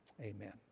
Amen